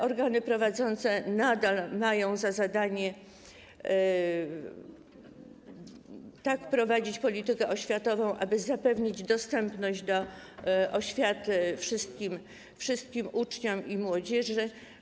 Organy prowadzące nadal mają za zadanie tak prowadzić politykę oświatową, aby zapewnić dostępność oświaty wszystkim uczniom i młodzieży.